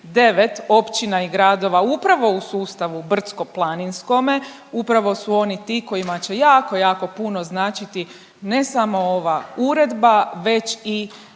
općina i gradova upravo u sustavu brdsko-planinskome, upravo su oni ti kojima će jako, jako puno značiti ne samo ova Uredba, već i